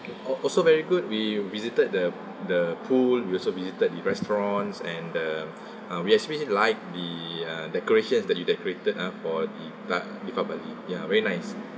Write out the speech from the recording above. al~ also very good we visited the the pool we also visited the restaurants and the uh we especially liked the uh decorations that you decorated ah for the uh deepavali ya very nice